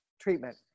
treatment